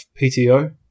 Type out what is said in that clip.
PTO